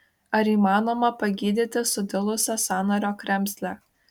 ar įmanoma pagydyti sudilusią sąnario kremzlę